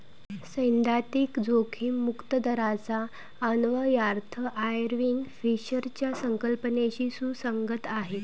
सैद्धांतिक जोखीम मुक्त दराचा अन्वयार्थ आयर्विंग फिशरच्या संकल्पनेशी सुसंगत आहे